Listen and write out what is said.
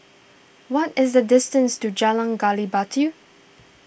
what is the distance to Jalan Gali Batu